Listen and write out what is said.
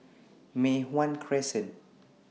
Mei Hwan Crescent